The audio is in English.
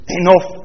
enough